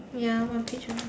ya one page only